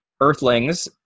earthlings